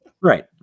right